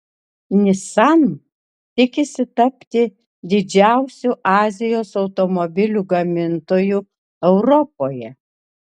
nissan tikisi tapti didžiausiu azijos automobilių gamintoju europoje